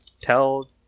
tell